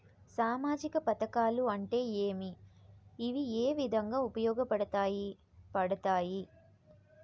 సామాజిక పథకాలు అంటే ఏమి? ఇవి ఏ విధంగా ఉపయోగపడతాయి పడతాయి?